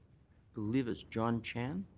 believe it's john chen?